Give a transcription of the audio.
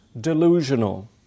delusional